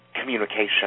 communication